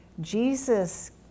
Jesus